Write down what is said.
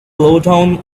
lowdown